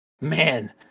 man